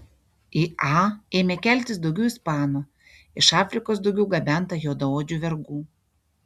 į a ėmė keltis daugiau ispanų iš afrikos daugiau gabenta juodaodžių vergų